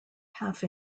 half